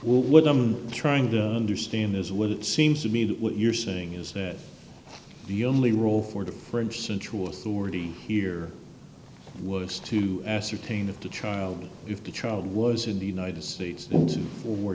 what i'm trying to understand is what it seems to me that what you're saying is that the only role for the french central authority here works to ascertain of the child if the child was in the united states